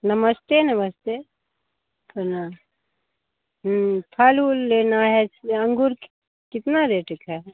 नमस्ते नमस्ते प्रणाम फल उल लेना है इसलिए अंगूर की कितना रेट का है